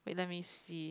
wait let me see